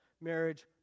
marriage